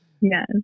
yes